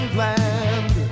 land